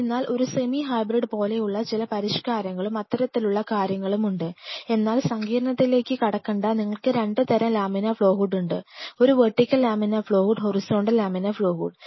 അതിനാൽ ഒരു semi hybrid പോലെയുള്ള ചില പരിഷ്കാരങ്ങളും അത്തരത്തിലുള്ള കാര്യങ്ങളും ഉണ്ട് എന്നാൽ സങ്കീർണ്ണതയിലേക്ക് കടക്കണ്ട നിങ്ങൾക്ക് 2 തരം ലാമിനാർ ഫ്ലോ ഹുഡ് ഉണ്ട് ഒരു vertical laminar flow hood horizontal laminar flow hood